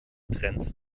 trends